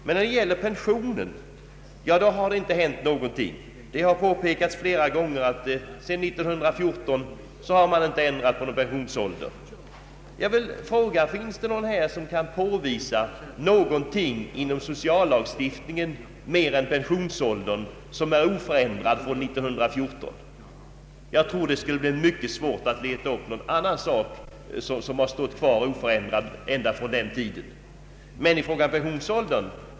Men när det gäller pensionen har ingenting hänt. Det har påpekats flera gånger att det sedan år 1914 inte har skett någon ändring av pensionsåldern. Finns det någon här som kan påvisa någonting inom sociallagstiftningen mer än pensionsåldern som är oförändrat sedan år 1914? Det blir nog svårt att leta fram något sådant.